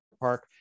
park